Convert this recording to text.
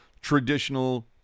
traditional